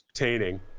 entertaining